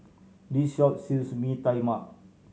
this shop sells Mee Tai Mak